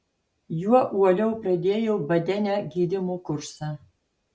juo uoliau pradėjau badene gydymo kursą